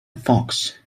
fox